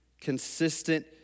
consistent